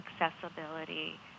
accessibility